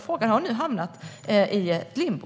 Frågan har nu hamnat i limbo.